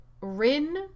Rin